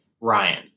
Ryan